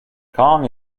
kong